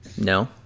No